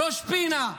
לראש פינה,